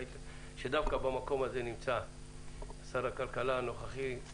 ודווקא במקום הזה נמצא שר הכלכלה הנוכחי,